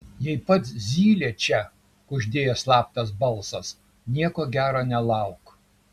jei pats zylė čia kuždėjo slaptas balsas nieko gero nelauk